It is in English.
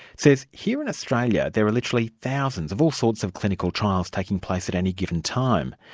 says here in australia there are literally thousands of all sorts of clinical trial taking place at any given time.